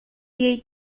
jej